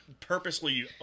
purposely